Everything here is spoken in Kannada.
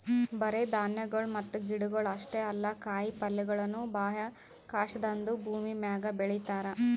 ಬರೇ ಧಾನ್ಯಗೊಳ್ ಮತ್ತ ಗಿಡಗೊಳ್ ಅಷ್ಟೇ ಅಲ್ಲಾ ಕಾಯಿ ಪಲ್ಯಗೊಳನು ಬಾಹ್ಯಾಕಾಶದಾಂದು ಭೂಮಿಮ್ಯಾಗ ಬೆಳಿತಾರ್